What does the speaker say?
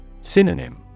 Synonym